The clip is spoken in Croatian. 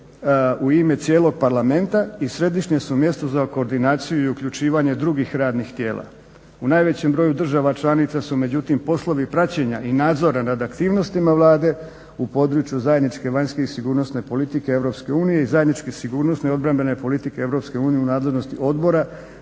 u ime cijelog Parlamenta i središnje su mjesto za koordinaciju i uključivanje drugih radnih tijela. U najvećem broju država članica su međutim poslovi praćenja i nadzora nad aktivnostima Vlade u područje zajedničke vanjske i sigurnosne politike EU i zajedničke sigurnosne i obrambene politike EU u nadležnosti Odbora